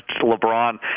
LeBron